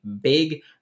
big